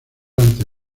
ante